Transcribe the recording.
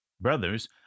Brothers